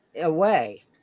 away